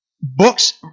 Books